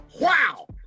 Wow